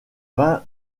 vingt